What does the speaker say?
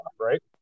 right